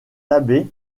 abbé